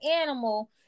animal